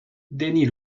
denis